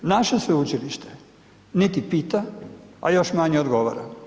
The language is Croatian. Naše sveučilište, niti pita, a još manje odgovara.